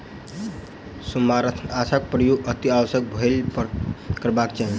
सेमारनाशकक प्रयोग अतिआवश्यक भेलहि पर करबाक चाही